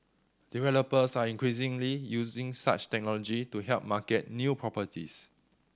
developers are increasingly using such technology to help market new properties